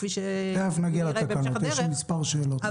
כפי שנראה בהמשך הדרך.